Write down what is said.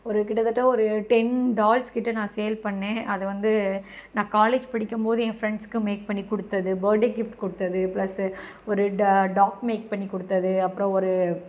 ஒரு கிட்டத்தட்ட ஒரு டென் டால்ஸ்க்கிட்ட நான் சேல் பண்ணேன் அது வந்து நான் காலேஜ் படிக்கும்போது என் ஃப்ரெண்ட்ஸுக்கு மேக் பண்ணி கொடுத்தது பேர்டே கிஃப்ட் கொடுத்தது ப்ளஸ்ஸு ஒரு டா டாக் மேக் பண்ணி கொடுத்தது அப்புறம் ஒரு